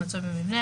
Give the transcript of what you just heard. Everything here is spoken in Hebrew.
המצוי במבנה,